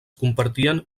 compartien